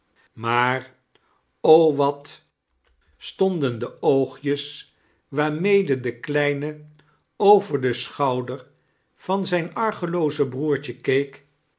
maar o wat stonden de oogjes waarmede de kleine over den schouder van zijn argeloos broertje